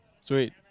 Sweet